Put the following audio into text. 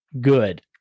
good